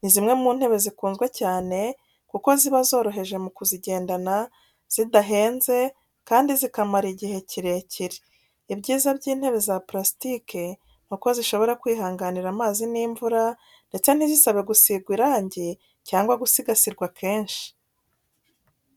Ni zimwe mu ntebe zikunzwe cyane kuko ziba zoroheje mu kuzigendana, zidahenze, kandi zikamara igihe kirekire. Ibyiza by’intebe za purasitike ni uko zishobora kwihanganira amazi n’imvura, ndetse ntizisaba gusigwa irangi cyangwa gusigasirwa kenshi.